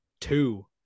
two